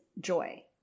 joy